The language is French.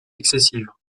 excessive